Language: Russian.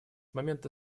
момента